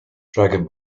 dragon